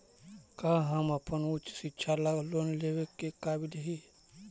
का हम अपन उच्च शिक्षा ला लोन लेवे के काबिल ही?